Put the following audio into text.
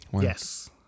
Yes